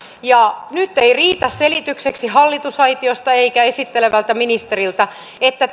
ja nyt ei riitä selitykseksi hallitusaitiosta eikä esittelevältä ministeriltä että